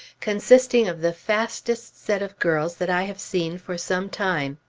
consisting of the fastest set of girls that i have seen for some time.